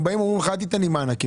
הם באים ואומרים אל תיתן לי מענקים,